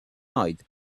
night